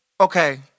okay